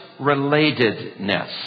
relatedness